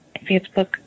Facebook